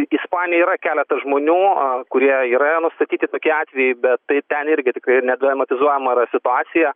ispanijoj yra keletas žmonių kurie yra nustatyti tokie atvejai bet tai ten irgi tikrai nedramatizuojama yra situacija